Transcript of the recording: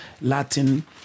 Latin